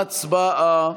הצבעה.